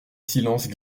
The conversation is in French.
silence